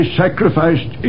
sacrificed